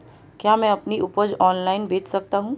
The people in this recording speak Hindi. क्या मैं अपनी उपज ऑनलाइन बेच सकता हूँ?